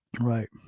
right